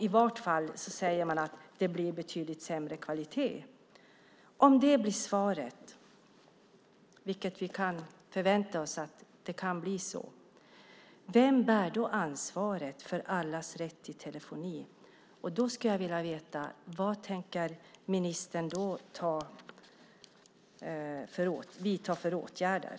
I vart fall säger man att det blir betydligt sämre kvalitet. Om det blir svaret, vilket vi kan förvänta oss, vem bär då ansvaret för allas rätt till telefoni? Jag skulle vilja veta vad ministern då tänker vidta för åtgärder.